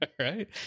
right